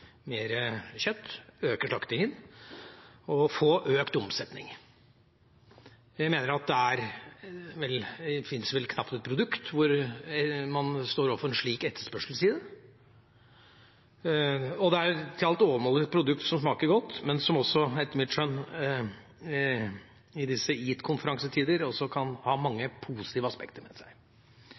og få økt omsetning. Jeg mener at det finnes vel knapt et produkt hvor man står overfor en slik etterspørselsside, og det er til alt overmål et produkt som smaker godt, men som også – etter mitt skjønn, i disse EAT-konferansetider – kan ha mange positive aspekter ved seg.